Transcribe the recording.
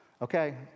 Okay